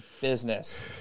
business